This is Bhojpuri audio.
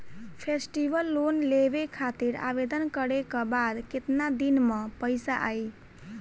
फेस्टीवल लोन लेवे खातिर आवेदन करे क बाद केतना दिन म पइसा आई?